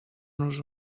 nos